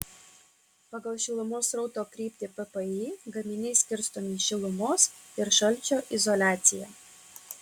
pagal šilumos srauto kryptį ppi gaminiai skirstomi į šilumos ir šalčio izoliaciją